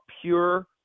pure